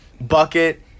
bucket